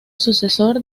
sucesor